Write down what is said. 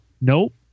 nope